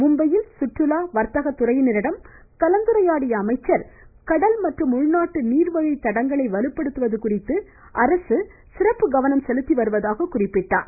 மும்பையில் சுற்றுலா மற்றும் வர்த்தக துறையினரிடம் கலந்துரையாடிய அமைச்சர் கடல் மற்றும் உள்நாட்டு நீர் வழி தடங்களை வலுப்படுத்துவது குறித்து அரசு சிறப்பு கவனம் செலுத்திவருவதாக குறிப்பிட்டார்